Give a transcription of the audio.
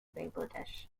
bangladesh